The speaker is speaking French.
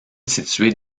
située